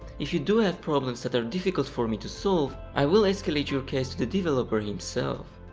if you do have problems that are difficult for me to solve, i will escalate your case to the developer himself.